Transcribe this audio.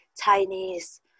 Chinese